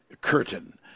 curtain